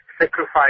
sacrifice